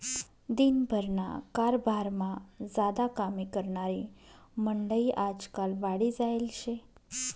दिन भरना कारभारमा ज्यादा कामे करनारी मंडयी आजकाल वाढी जायेल शे